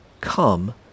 come